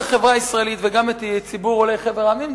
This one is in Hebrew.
החברה הישראלית ואת ציבור עולי חבר המדינות,